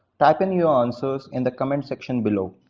type in your answers in the comment section below.